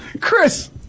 Chris